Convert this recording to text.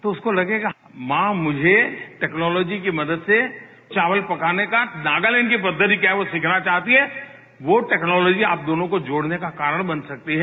तो उसको लगेगा मां मुझे टेक्नौँलोजी की मदद से चावल पकाने का नागालैंड की पद्धति क्याा है वो सिखाना चाहती हैं वो टेक्नॉलोजी आप दोनों को जोड़ने का कारण बन सकती है